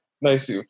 Nice